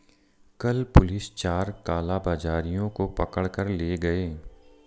कल पुलिस चार कालाबाजारियों को पकड़ कर ले गए